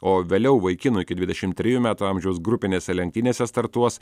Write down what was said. o vėliau vaikinų iki dvidešim trejų metų amžiaus grupinėse lenktynėse startuos